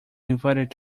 invited